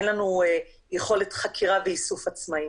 אין לנו יכולת חקירה ואיסוף עצמאי.